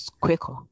quicker